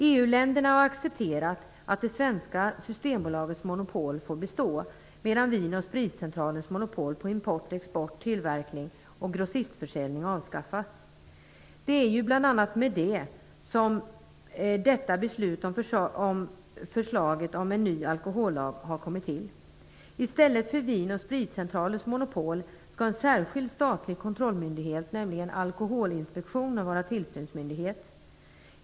EU-länderna har accepterat att det svenska Systembolagets monopol får bestå, medan Det är bland annat mot den bakgrunden som detta förslag om en ny alkohollag har kommit till. I stället för Vin & Sprits monopol skall en särskild statlig kontrollmyndighet, nämligen Alkoholinspektionen, vara tillsynsmyndighet.